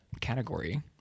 category